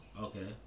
Okay